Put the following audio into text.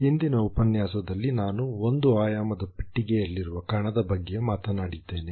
ಹಿಂದಿನ ಉಪನ್ಯಾಸದಲ್ಲಿ ನಾನು ಒಂದು ಆಯಾಮದ ಪೆಟ್ಟಿಗೆಯಲ್ಲಿರುವ ಕಣದ ಬಗ್ಗೆ ಮಾತನಾಡಿದ್ದೇನೆ